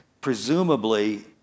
presumably